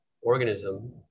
organism